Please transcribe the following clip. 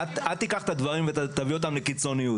אל תיקח את הדברים ותביא אותם לקיצוניות.